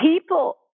people